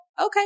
okay